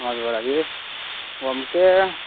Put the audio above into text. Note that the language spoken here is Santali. ᱢᱚᱡᱽ ᱵᱟᱲᱟᱜᱮ ᱜᱚᱢᱠᱮ